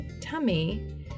tummy